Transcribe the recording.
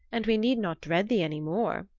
and we need not dread thee any more,